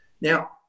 Now